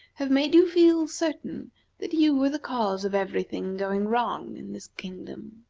have made you feel certain that you were the cause of every thing going wrong in this kingdom.